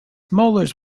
molars